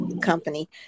company